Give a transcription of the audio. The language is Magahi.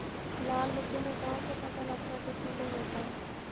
लाल मिट्टी में कौन से फसल अच्छा किस्म के होतै?